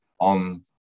on